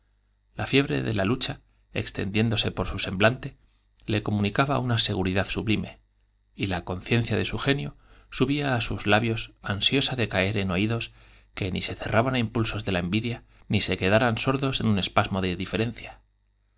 la fiebre i de la extendiéndose por semblante le co lucha su de municaba una seguridad sublime y la conciencia ansiosa de caer en oídos su genio subía á sus labios de la envidia ni se que que ni se cerraran á impulsos daran sordos en un espasmo de diferencia